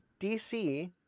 DC